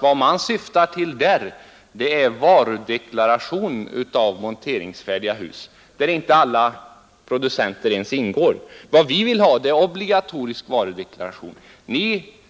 Vad man syftar till där är varudeklaration av monteringsfärdiga hus, varvid inte ens alla producenter är berörda. Vad vi vill ha är obligatorisk varudeklaration. Ni socialdemokrater